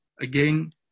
again